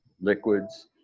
liquids